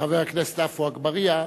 וחבר הכנסת עפו אגבאריה,